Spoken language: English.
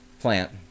Plant